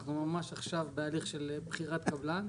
אנחנו ממש עכשיו בהליך של בחירת קבלן,